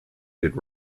did